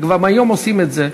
וכבר היום עושים את זה.